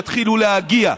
יתחילו להגיע.